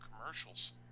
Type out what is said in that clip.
commercials